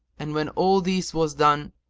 and when all this was done,